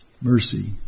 mercy